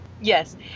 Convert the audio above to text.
Yes